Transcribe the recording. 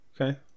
okay